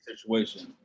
situation